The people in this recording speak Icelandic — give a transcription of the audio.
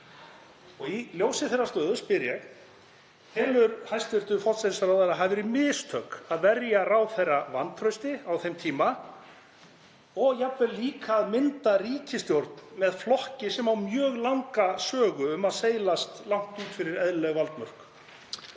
Í ljósi þeirrar stöðu spyr ég: Telur hæstv. forsætisráðherra að það hafi verið mistök að verja ráðherra vantrausti á þeim tíma og jafnvel líka að mynda ríkisstjórn með flokki sem á mjög langa sögu um að seilast langt út fyrir eðlileg valdmörk?